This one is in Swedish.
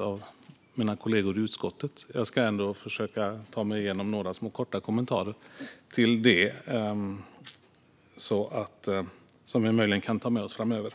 av mina kollegor i utskottet. Jag ska ändå göra några korta kommentarer som vi möjligen kan ta med oss framöver.